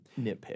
nitpick